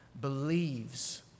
believes